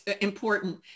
important